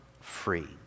free